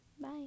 bye